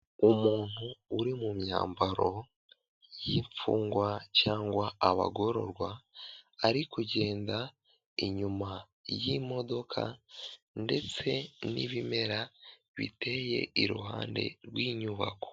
Umuntu uri mu myambaro y'imfungwa cyangwa abagororwa ari kugenda inyuma y'imodoka ndetse n'ibimera biteye iruhande rw'inyubako.